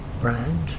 brand